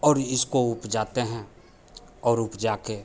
और इसको उपजाते हैं और उपजाकर